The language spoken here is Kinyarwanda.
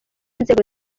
nzego